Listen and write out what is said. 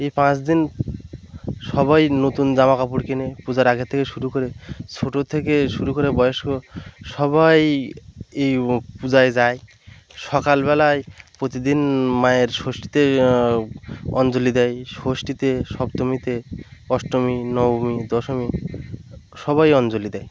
এই পাঁচ দিন সবাই নতুন জামা কাপড় কেনে পূজার আগে থেকে শুরু করে ছোটোর থেকে শুরু করে বয়স্ক সবাই এই পূজায় যায় সকালবেলায় প্রতিদিন মায়ের ষষ্ঠীতে অঞ্জলি দেয় ষষ্ঠীতে সপ্তমীতে অষ্টমী নবমী দশমী সবাই অঞ্জলি দেয়